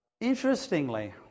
Interestingly